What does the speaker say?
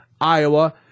Iowa